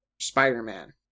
Spider-Man